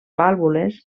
vàlvules